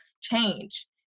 change